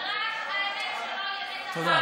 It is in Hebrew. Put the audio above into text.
ורק האמת שלו היא האמת האחת, תודה.